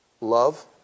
love